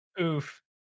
Oof